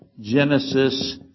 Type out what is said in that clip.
Genesis